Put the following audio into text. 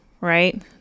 right